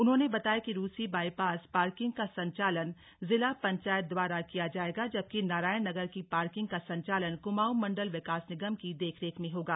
उन्होंने बताया कि रूसी बाईपास पार्किंग का संचालन जिला पंचायत द्वारा किया जाएगा जबकि नारायण नगर की पार्किंग का संचालन कुमाऊं मण्डल विकास निगम की देख रेख में होगा